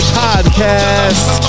podcast